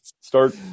Start